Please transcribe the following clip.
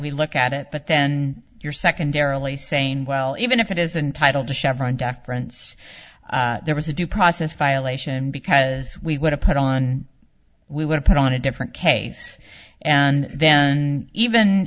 we look at it but then you're secondarily saying well even if it isn't titled the chevron deference there was a due process violation because we would have put on we would put on a different case and then even